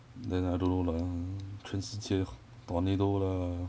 then I don't know lah 全世界 tornado lah